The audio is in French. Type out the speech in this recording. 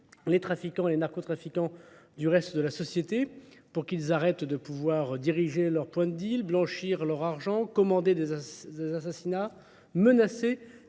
les trafiquants et les narcotrafiquants du reste de la société pour qu'ils arrêtent de pouvoir diriger leurs points de deal, blanchir leur argent, commander des assassinats, menacer